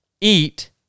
eat